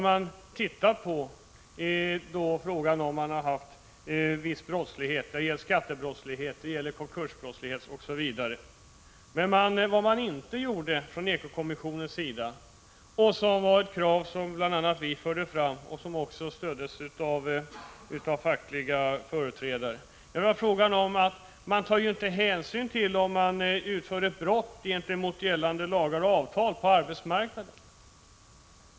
Man tar då reda på om brottslighet har förekommit — skattebrottslighet, konkursbrottslighet osv. Men ekokommissionen tog inte hänsyn till det krav som bl.a. vi fört fram och som fått stöd av fackliga företrädare. Vi har nämligen krävt att man i de olika fallen skulle ta reda på om brott mot gällande lagar och avtal på arbetsmarknaden verkligen förekommit.